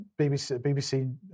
BBC